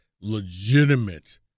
legitimate